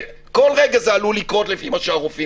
וזה עלול לקרות בכל רגע לפי מה שהרופאים